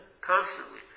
constantly